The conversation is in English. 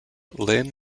lynn